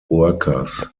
workers